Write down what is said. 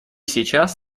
сейчас